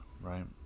right